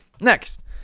next